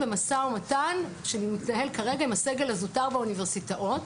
במשא ומתן שמתנהל כרגע עם הסגל הזוטר באוניברסיטאות.